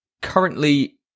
currently